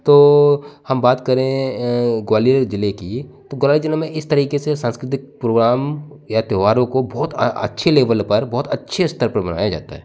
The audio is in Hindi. तो हम बात करें ग्वालियर जिले की तो ग्वालियर जिले में इस तरीके से सांस्कृतिक प्रोगाम त्योहारों को बहुत अच्छी लेबल बहुत अच्छी स्तर पर मनाया जाता है